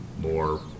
more